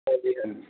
ਹਾਂਜੀ ਹਾਂਜੀ